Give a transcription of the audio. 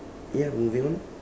ya moving on